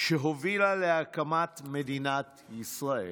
שהובילה להקמת מדינת ישראל.